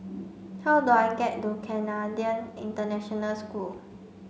how do I get to Canadian International School